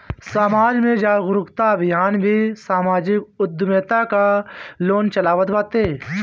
समाज में जागरूकता अभियान भी समाजिक उद्यमिता कअ लोग चलावत बाटे